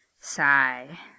Sigh